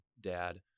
dad